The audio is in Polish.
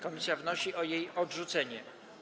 Komisja wnosi o jej odrzucenie.